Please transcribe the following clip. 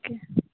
okay